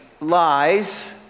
lies